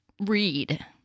read